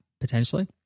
potentially